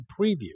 preview